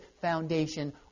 foundation